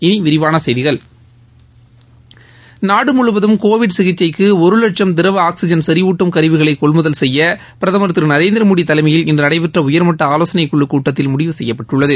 இனி விரிவான செய்திகள் நாடு முழுவதம் கோவிட் சிகிச்சைக்கு ஒரு லட்சம் திரவ ஆக்ஸிஜன் செறிவூட்டும் கருவிகளை கொள்முதல் செய்ய பிரதமர் திரு நரேந்திர மோடி தலைமையில் இன்று நடைபெற்ற உயர்மட்ட ஆலோசனை குழு கூட்டத்தில் முடிவு செய்யப்பட்டுள்ளது